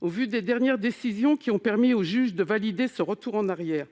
Au vu des dernières décisions, qui ont permis au juge de valider un retour en arrière